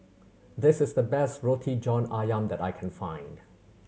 this is the best Roti John Ayam that I can find